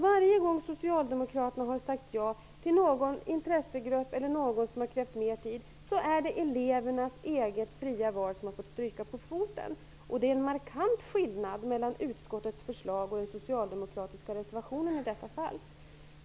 Varje gång Socialdemokraterna har sagt ja till någon intressegrupp eller någon som har krävt mer tid, är det elevernas eget fria val som har fått stryka på foten. Det är en markant skillnad mellan utskottets förslag och den socialdemokratiska reservationen i detta fall.